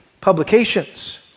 publications